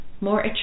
more